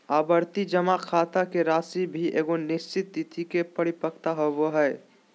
आवर्ती जमा खाता के राशि भी एगो निश्चित तिथि के परिपक्व होबो हइ